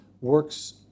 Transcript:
works